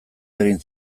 egin